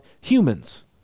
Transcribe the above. humans